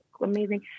amazing